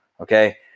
Okay